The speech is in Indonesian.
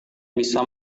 bisa